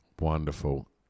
Wonderful